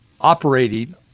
operating